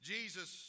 Jesus